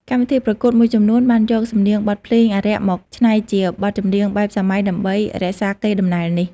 កម្មវិធីប្រកួតមួយចំនួនបានយកសំនៀងបទភ្លេងអារក្សមកច្នៃជាបទចម្រៀងបែបសម័យដើម្បីរក្សាកេរ្តិ៍ដំណែលនេះ។